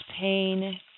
pain